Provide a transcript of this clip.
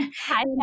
Hi